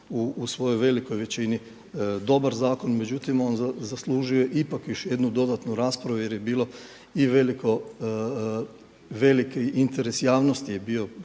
u svojoj velikoj većini dobar zakon. Međutim, on zaslužuje ipak još jednu raspravu jer je bilo i veliki interes javnosti je bio,